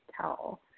tell